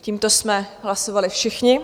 Tímto jsme hlasovali všichni.